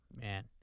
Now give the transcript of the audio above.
Man